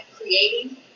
creating